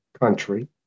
country